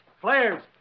Flares